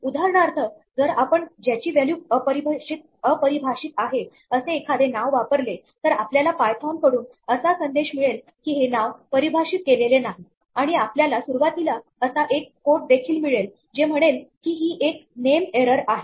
उदाहरणार्थ जर आपण ज्याची व्हॅल्यू अपरिभाषित आहे असे एखादे नाव वापरले तर आपल्याला पायथॉन कडून असा संदेश मिळेल की हे नाव परिभाषित केलेले नाही आणि आपल्याला सुरुवातीला असा एक कोट देखील मिळेल जे म्हणेल की ही एक नेम एरर आहे